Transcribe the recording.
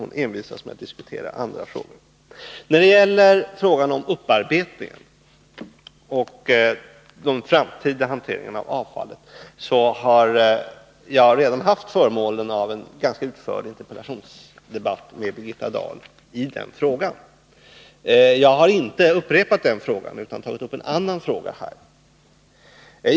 Hon envisas med att diskutera andra frågor. När det gäller frågan om upparbetningen och de framtida hanteringarna av avfallet har jag redan haft förmånen att i en interpellationsdebatt ganska utförligt få diskutera dessa frågor med Birgitta Dahl. Jag har inte upprepat den frågan här utan tagit upp en annan.